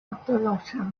ortodoxa